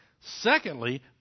Secondly